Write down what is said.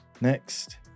Next